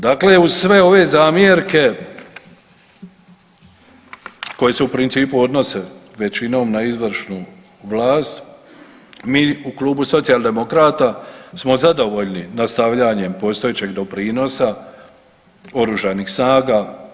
Dakle, uz sve ove zamjerke koje se u principu odnose većinom na izvršnu vlast, mi u Klubu Socijaldemokrata smo zadovoljni nastavljanjem postojećeg doprinosa Oružanih snaga.